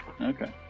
Okay